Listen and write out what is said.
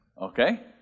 Okay